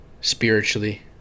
spiritually